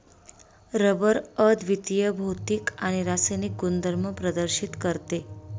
rubber अद्वितीय भौतिक आणि रासायनिक गुणधर्म प्रदर्शित करते